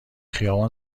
خیابان